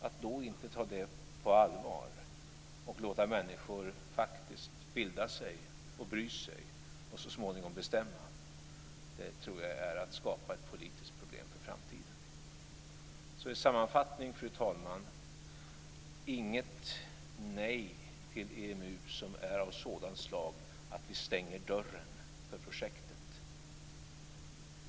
Att då inte ta det på allvar och låta människor faktiskt bilda sig och bry sig och så småningom bestämma tror jag är att skapa ett politiskt problem för framtiden. som är av sådant slag att vi stänger dörren för projektet.